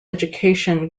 education